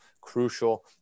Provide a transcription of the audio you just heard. crucial